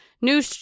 new